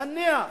נניח,